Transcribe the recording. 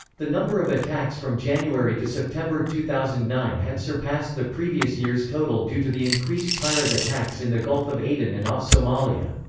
the number of attacks from january to september two thousand and nine had surpassed the previous year's total due to the increased pirate attacks in the gulf of aden and off somalia.